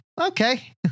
Okay